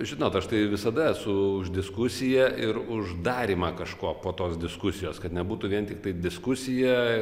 žinot aš tai visada esu už diskusiją ir uždarymą kažkuo po tos diskusijos kad nebūtų vien tiktai diskusija